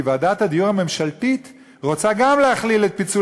כי ועדת הדיור הממשלתית רוצה גם להכליל את פיצול